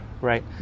right